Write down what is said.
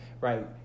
Right